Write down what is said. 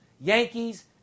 Yankees